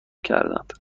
کردند